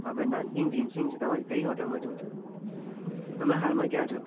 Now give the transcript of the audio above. આપણે નાનકીન ભીમસિંગ છે તમારે કઈ હોટેલમાં જવું છે તમે હાલમાં ક્યાં છો